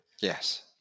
yes